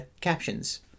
captions